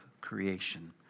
creation